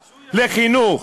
לחינוך,